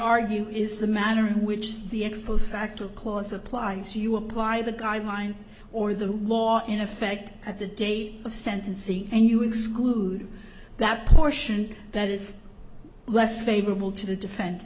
argue is the manner in which the ex post facto clause applies you apply the guideline or the law in effect at the date of sensi and you exclude that portion that is less favorable to the defense